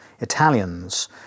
Italians